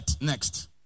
Next